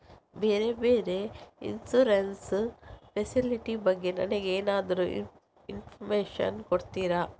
ಬೇರೆ ಬೇರೆ insurance facility ಬಗ್ಗೆ ನನಗೆ ಎಂತಾದ್ರೂ ಇನ್ಫೋರ್ಮೇಷನ್ ಕೊಡ್ತೀರಾ?